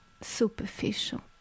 superficial